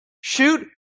Shoot